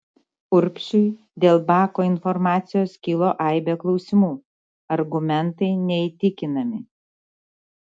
urbšiui dėl bako informacijos kilo aibė klausimų argumentai neįtikinami